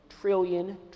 trillion